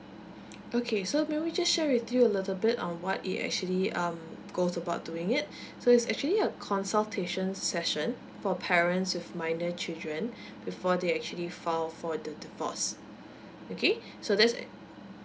okay so maybe just share with you a little bit on what it actually um goes about doing it so it's actually a consultation session for parents with minor children before they actually file for the divorce okay so that's